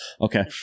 Okay